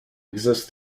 exist